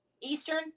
Eastern